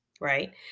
right